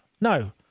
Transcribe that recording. No